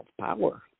power